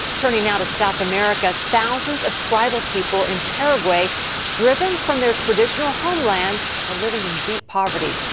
turning now to south america, thousands of tribal people in paraguay driven from their traditional homeland are living in deep poverty.